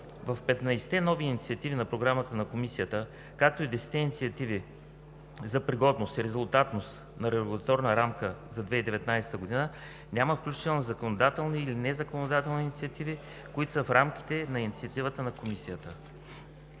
нови инициативи на Програмата на Комисията, както и десетте инициативи за пригодност и резултатност на Регулаторна рамка за 2019 г. няма включени законодателни или незаконодателни инициативи, които са в рамките на инициативата на Комисията.